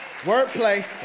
Wordplay